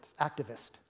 activist